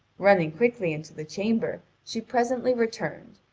running quickly into the chamber, she presently returned,